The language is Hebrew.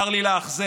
צר לי לאכזב,